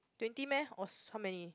twenty meh or how many